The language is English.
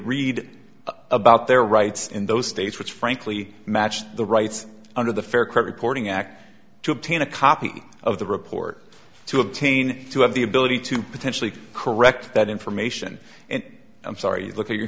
read about their rights in those states which frankly matched the rights under the fair credit reporting act to obtain a copy of the report to obtain to have the ability to potentially correct that information and i'm sorry look at you